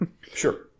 Sure